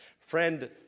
Friend